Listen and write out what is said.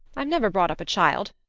i've never brought up a child,